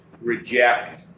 reject